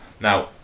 Now